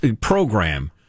program